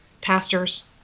pastors